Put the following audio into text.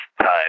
time